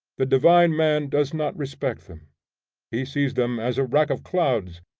the divine man does not respect them he sees them as a rack of clouds,